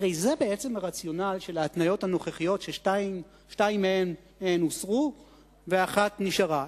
הרי זה בעצם הרציונל של ההתניות הנוכחיות ששתיים מהן הוסרו ואחת נשארה.